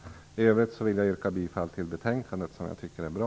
I övrigt yrkar jag bifall till hemställan i betänkandet som jag tycker är bra.